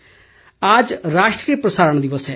प्रसारण दिवस आज राष्ट्रीय प्रसारण दिवस है